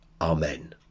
Amen